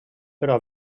però